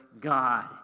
God